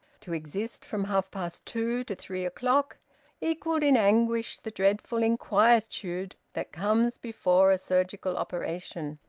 to exist from half-past two to three o'clock equalled in anguish the dreadful inquietude that comes before a surgical operation.